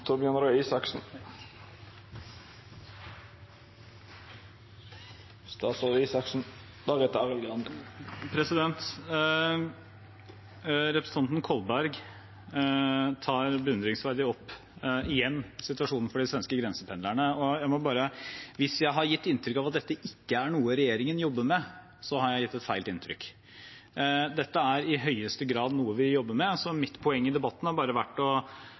Representanten Kolberg tar beundringsverdig opp igjen situasjonen for de svenske grensependlerne. Hvis jeg har gitt inntrykk av at dette ikke er noe regjeringen jobber med, har jeg gitt et feil inntrykk. Dette er i høyeste grad noe vi jobber med. Mitt poeng i debatten har bare vært å